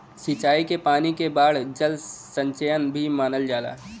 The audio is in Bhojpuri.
सिंचाई क पानी के बाढ़ जल संचयन भी मानल जाला